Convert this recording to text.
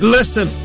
Listen